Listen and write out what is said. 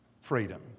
freedom